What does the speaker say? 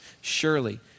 Surely